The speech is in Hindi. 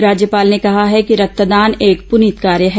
राज्यपाल ने कहा है कि रक्तदान एक पुनीत कार्य है